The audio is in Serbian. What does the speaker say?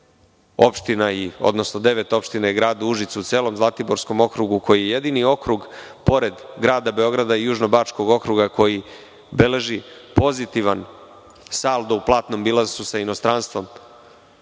odnosno devet opština i Grad Užice u celom Zlatiborskom okrugu koji je jedini krug pored Grada Beograda i Južnobačkog okruga koji beleži pozitivan saldo u platnom bilansu sa inostranstvom,